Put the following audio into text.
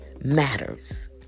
matters